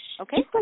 Okay